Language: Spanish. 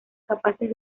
capaces